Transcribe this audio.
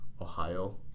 Ohio